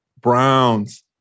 Browns